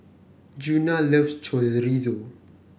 Djuna loves Chorizo